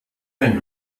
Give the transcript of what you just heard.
dein